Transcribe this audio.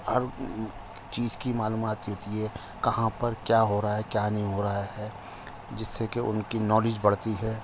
ہر چیز کی معلومات ہوتی ہے کہاں پر کیا ہو رہا ہے کیا نہیں ہو رہا ہے جس سے کہ ان کی نالج بڑھتی ہے